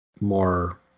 more